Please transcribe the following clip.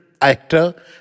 actor